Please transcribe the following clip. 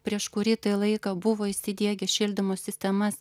prieš kurį tai laiką buvo įsidiegę šildymo sistemas